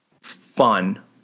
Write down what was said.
Fun